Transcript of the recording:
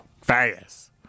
fast